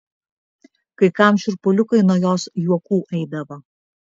kai kam šiurpuliukai nuo jos juokų eidavo